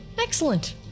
Excellent